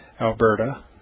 Alberta